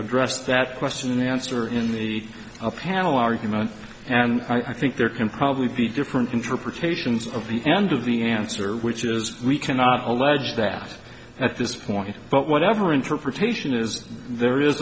addressed that question in the answer in the panel argument and i think there can probably be different interpretations of the end of the answer which is we cannot always that at this point but whatever interpretation is there is